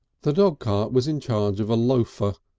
the dog cart was in charge of a loafer,